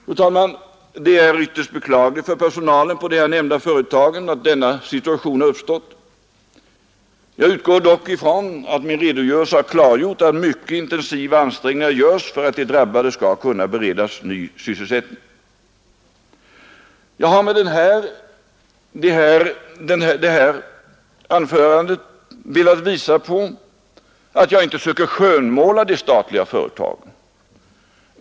Fru talman! Det är ytterst beklagligt för personalen på de här nämnda företagen att denna situation har uppstått. Jag utgår dock ifrån att min redogörelse har klargjort att mycket intensiva ansträngningar görs för att de drabbade skall kunna beredas ny sysselsättning. Jag har med det anförda velat visa att jag inte söker skönmåla de statliga företagen.